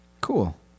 Cool